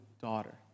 daughter